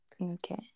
Okay